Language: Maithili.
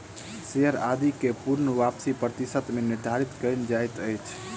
शेयर आदि के पूर्ण वापसी प्रतिशत मे निर्धारित कयल जाइत अछि